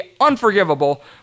unforgivable